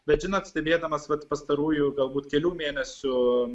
bet žinot stebėdamas vat pastarųjų galbūt kelių mėnesių